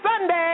Sunday